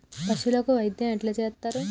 పశువులకు వైద్యం ఎట్లా చేత్తరు?